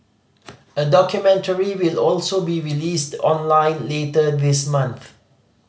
a documentary will also be released online later this month